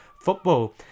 football